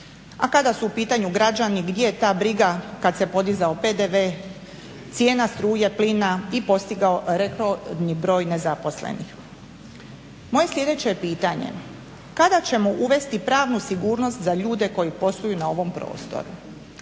A kada su u pitanju građani gdje je ta briga, kada se podizao PDV, cijena struje, plina i postigao rekordni broj nezaposlenih. Moje sljedeće pitanje kada ćemo uvesti pravnu sigurnost za ljude koji posluju na ovom prostoru,